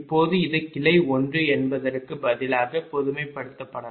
இப்போது இது கிளை 1 என்பதற்குப் பதிலாகப் பொதுமைப்படுத்தப்படலாம்